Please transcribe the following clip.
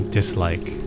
dislike